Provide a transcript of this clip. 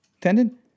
tendon